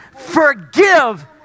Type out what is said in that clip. forgive